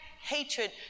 hatred